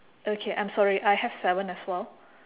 okay I'm sorry I have seven as well